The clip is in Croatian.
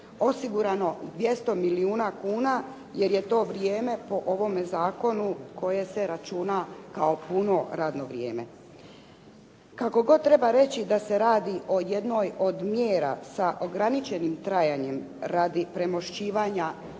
osigurano 200 milijuna kuna jer je to vrijeme po ovome zakonu koje se računa kao puno radno vrijeme. Kako god treba reći da se radi o jednoj od mjera sa ograničenim trajanjem radi premošćivanja